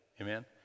Amen